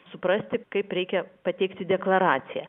suprasti kaip reikia pateikti deklaraciją